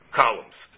columns